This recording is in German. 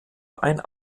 ein